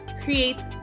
creates